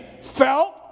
felt